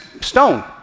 stone